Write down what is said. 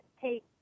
take